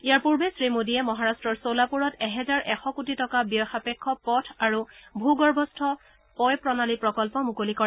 ইয়াৰ পূৰ্বে শ্ৰীমোডীয়ে মহাৰাট্টৰ ছলাপুৰত এহেজাৰ এশ কোটি টকা ব্যয় সাপেক্ষ পথ আৰু ভূ গৰ্ভস্থ পয় প্ৰণালী প্ৰকল্প মুকলি কৰে